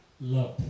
love